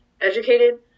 educated